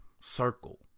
circle